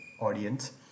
audience